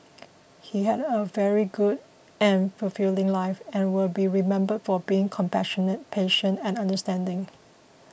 he had a very good and fulfilling life and will be remembered for being compassionate patient and understanding